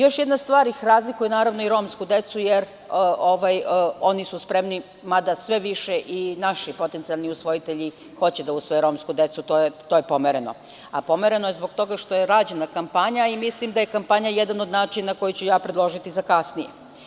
Još jedna stvar ih razlikuje, naravno i romsku decu, jer oni su spremni, mada sve više i naši potencijalni usvojitelji hoće da usvoje romsku decu, to je pomereno, a pomereno je zbog toga što je rađena kampanja i mislim da je kampanja jedan od načina koji ću ja predložiti kasnije.